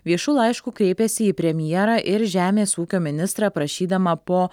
viešu laišku kreipėsi į premjerą ir žemės ūkio ministrą prašydama po